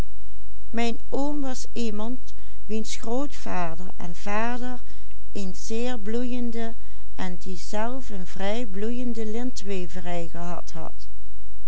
bloeiende en die zelf een vrij bloeiende lintweverij gehad had